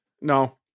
no